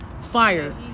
fire